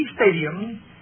Stadium